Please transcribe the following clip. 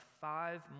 five